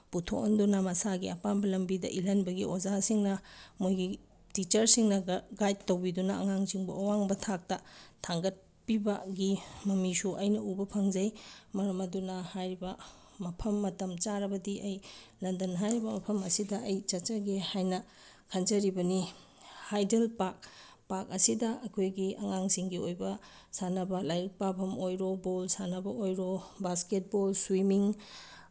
ꯄꯨꯊꯣꯛꯍꯟꯗꯨꯅ ꯃꯁꯥꯒꯤ ꯑꯄꯥꯝꯕ ꯂꯝꯕꯤꯗ ꯏꯜꯍꯟꯕꯒꯤ ꯑꯣꯖꯥꯁꯤꯡꯅ ꯃꯣꯏꯒꯤ ꯇꯤꯆꯔꯁꯤꯡꯅꯒ ꯒꯥꯏꯠ ꯇꯧꯕꯤꯗꯨꯅ ꯑꯉꯥꯡꯁꯤꯡꯕꯨ ꯑꯋꯥꯡꯕ ꯊꯥꯛꯇ ꯊꯥꯡꯒꯠꯄꯤꯕꯒꯤ ꯃꯃꯤꯁꯨ ꯑꯩꯅ ꯎꯕ ꯐꯪꯖꯩ ꯃꯔꯝ ꯑꯗꯨꯅ ꯍꯥꯏꯔꯤꯕ ꯃꯐꯝ ꯃꯇꯝ ꯆꯥꯔꯕꯗꯤ ꯑꯩ ꯂꯟꯗꯟ ꯍꯥꯏꯔꯤꯕ ꯃꯐꯝ ꯑꯁꯤꯗ ꯑꯩ ꯆꯠꯆꯒꯦ ꯍꯥꯏꯅ ꯑꯩꯅ ꯈꯟꯖꯔꯤꯕꯅꯤ ꯍꯥꯏꯗꯦꯜ ꯄꯥꯛ ꯄꯥꯛ ꯑꯁꯤꯗ ꯑꯩꯈꯣꯏꯒꯤ ꯑꯉꯥꯡꯁꯤꯡꯒꯤ ꯑꯣꯏꯕ ꯁꯥꯟꯅꯕ ꯂꯥꯏꯔꯤꯛ ꯄꯥꯐꯝ ꯑꯣꯏꯔꯣ ꯕꯣꯜ ꯁꯥꯟꯅꯕ ꯑꯣꯏꯔꯣ ꯕꯥꯁꯀꯦꯠ ꯕꯣꯜ ꯁ꯭ꯋꯤꯃꯤꯡ